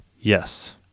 Yes